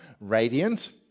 radiant